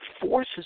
forces